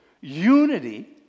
Unity